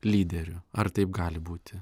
lyderiu ar taip gali būti